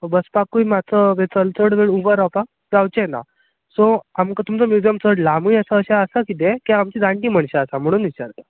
बसपाकूय मात्सो चड वेळ उबो रावपाक जावचें ना सो आमकां तुमचो म्युजियम चड लांबूय आसा अशें आसा कितें कित्याक आमचीं जाण्टी मनशां आसा म्हणून विचारलें